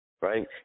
Right